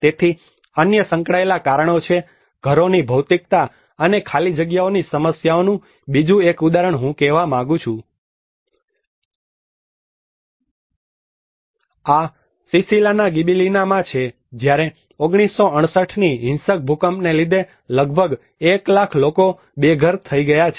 તેથી અન્ય સંકળાયેલા કારણો છે ઘરોની ભૌતિકતા અને ખાલી જગ્યાઓની સમસ્યાનું બીજું એક ઉદાહરણ હું કહેવા માંગુ છું આ સિસિલીના ગિબિલીનામાં છે જ્યારે 1968 ની હિંસક ભૂકંપને લીધે લગભગ 1 લાખ લોકો બેઘર થઈ ગયા છે